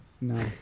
No